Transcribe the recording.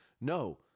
no